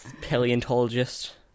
Paleontologist